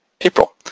April